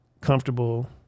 comfortable